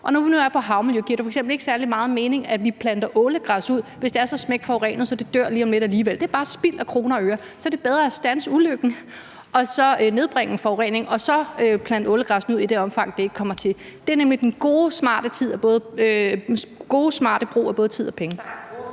Og når vi nu snakker om havmiljø, giver det f.eks. ikke særlig meget mening, at vi planter ålegræs ud, hvis der er så smækforurenet, så det dør lige om lidt alligevel, for så er det bare spild af kroner og øre. Så er det bedre at standse ulykken, nedbringe forureningen og så plante ålegræs ud i det omfang, det er muligt. Det er nemlig den gode, smarte brug af både tid og penge.